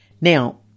Now